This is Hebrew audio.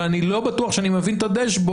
אבל אני לא בטוח שאני מבין את הדשבורד,